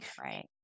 right